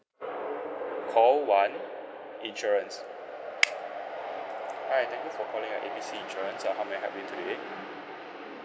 call one insurance hi thank you for calling at A B C insurance how may I help you today